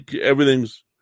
everything's